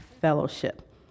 fellowship